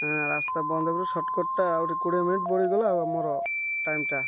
ହଁ ରାସ୍ତା ବନ୍ଦରୁ ସଟ୍କଟ୍ ଆହୁରି କୋଡ଼ିଏ ମିନିଟ୍ ବଢ଼ିଗଲା ଆଉ ଆମର ଟାଇମ୍ଟା